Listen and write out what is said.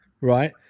right